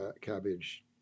cabbage